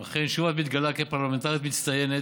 אכן, שוב את מתגלה כפרלמנטרית מצטיינת.